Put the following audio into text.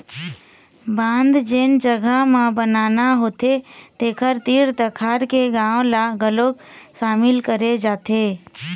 बांध जेन जघा म बनाना होथे तेखर तीर तखार के गाँव ल घलोक सामिल करे जाथे